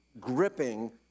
gripping